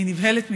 אני נבהלת מזה.